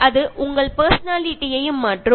അത് നിങ്ങളുടെ വ്യക്തിത്വത്തെയും മാറ്റുന്നു